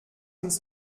ins